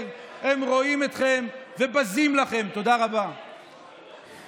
ועל היישוב אביתר שנקים שם,